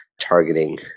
targeting